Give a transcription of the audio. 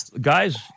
guys